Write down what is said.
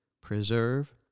preserve